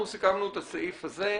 אנחנו סיכמנו את הסעיף הזה,